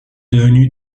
devenu